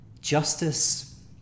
justice